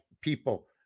people